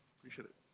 appreciate it.